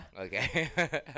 Okay